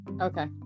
Okay